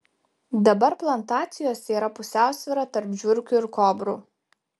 dabar plantacijose yra pusiausvyra tarp žiurkių ir kobrų